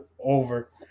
Over